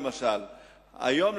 היום,